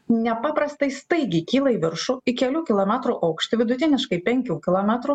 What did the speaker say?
nepaprastai staigiai kyla į viršų į kelių kilometrų aukštį vidutiniškai penkių kilometrų